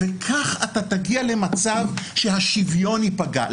כך אתה תגיע למצב, שהשוויון ייפגע.